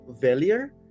failure